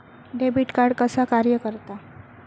Debit card कसा कार्य करता?